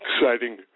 exciting